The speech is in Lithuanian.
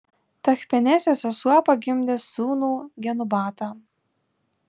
tachpenesės sesuo pagimdė sūnų genubatą